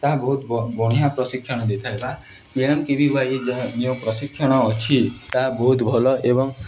ତାହା ବହୁତ ବଢ଼ିଆ ପ୍ରଶିକ୍ଷଣ ଦେଇଥିବା ଏମ୍କେଭିୱାଇ ଯାହା ଯେଉଁ ପ୍ରଶିକ୍ଷଣ ଅଛି ତାହା ବହୁତ ଭଲ ଏବଂ